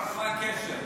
מה הקשר?